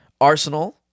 Arsenal